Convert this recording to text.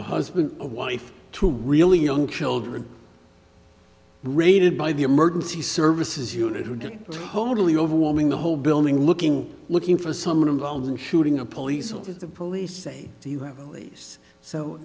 husband or wife to really young children raided by the emergency services unit who didn't totally overwhelming the whole building looking looking for someone involved in shooting a police officer the police say you have a lease so